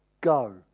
go